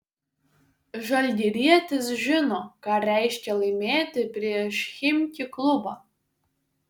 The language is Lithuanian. žalgirietis žino ką reiškia laimėti prieš chimki klubą